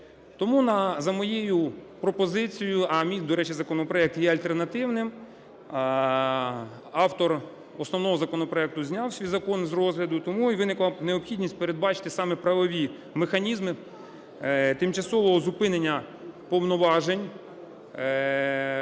Тому за моєю пропозицією, а мій, до речі, законопроект є альтернативним, автор основного законопроекту зняв свій закон з розгляду, тому і виникла необхідність передбачити саме правові механізми тимчасового зупинення повноважень